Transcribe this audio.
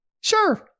Sure